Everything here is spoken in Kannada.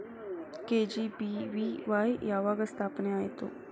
ಕೆ.ಜಿ.ಬಿ.ವಿ.ವಾಯ್ ಯಾವಾಗ ಸ್ಥಾಪನೆ ಆತು?